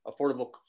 affordable